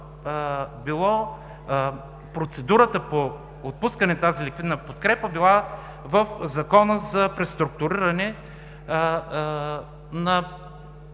Процедурата по отпускане на тази ликвидна подкрепа била в Закона за преструктуриране на